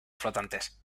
flotantes